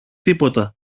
τίποτα